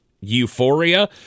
euphoria